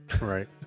Right